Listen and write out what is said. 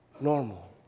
normal